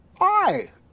Hi